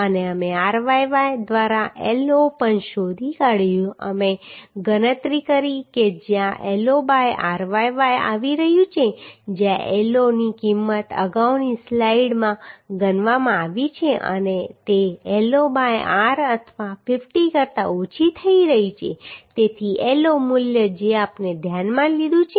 અને અમે ryy દ્વારા L0 પણ શોધી કાઢ્યું અમે ગણતરી કરી કે જ્યાં L0 બાય ryy આવી રહ્યું છે જ્યાં L0 ની કિંમત અગાઉની સ્લાઇડમાં ગણવામાં આવી છે અને તે L0 બાય r અથવા 50 કરતા ઓછી થઈ રહી છે તેથી L0 મૂલ્ય જે આપણે ધ્યાનમાં લીધું છે